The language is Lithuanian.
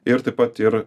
ir taip pat ir